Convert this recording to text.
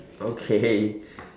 okay